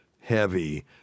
heavy